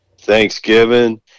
Thanksgiving